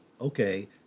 okay